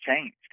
changed